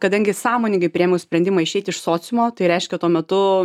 kadangi sąmoningai priėmiau sprendimą išeit iš sociumo tai reiškia tuo metu